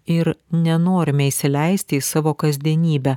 ir nenorime įsileisti į savo kasdienybę